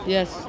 Yes